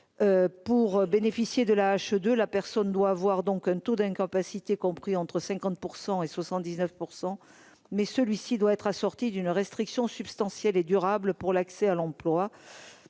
pour bénéficier de la hache de la personne doit avoir donc un taux d'incapacité compris entre 50 % et 79 %, mais celui-ci doit être assortie d'une restriction substantielle et durable pour l'accès à l'emploi,